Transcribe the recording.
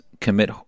commit